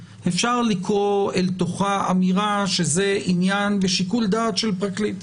אפשר לקרוא אל תוכה אמירה שזה עניין בשיקול דעת של פרקליט,